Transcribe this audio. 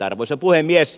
arvoisa puhemies